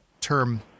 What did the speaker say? term